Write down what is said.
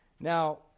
Now